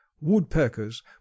woodpeckers